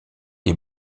des